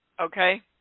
Okay